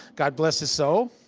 god bless his soul.